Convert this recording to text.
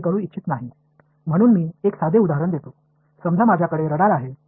எனவே நான் உங்களுக்கு ஒரு எளிய உதாரணம் தருகிறேன்